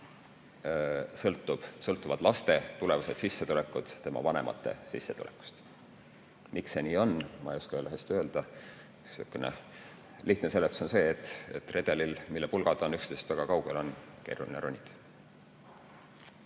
sõltuvad lapse tulevased sissetulekud tema vanemate sissetulekust. Miks see nii on, seda ma ei oska veel hästi öelda. Üks lihtne seletus on see, et redelil, mille pulgad on üksteisest väga kaugel, on keeruline ronida.